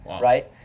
right